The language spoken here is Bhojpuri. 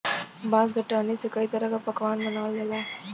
बांस क टहनी से कई तरह क पकवान बनावल जाला